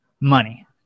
money